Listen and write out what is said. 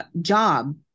job